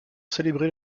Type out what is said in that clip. célébrer